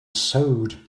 sewed